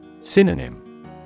Synonym